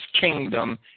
kingdom